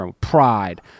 pride